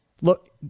Look